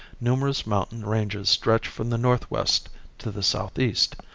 numerous mountain ranges stretch from the northwest to the southeast.